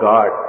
God